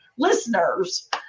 listeners